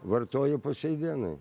vartoju po šiai dienai